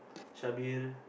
syabil